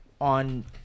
on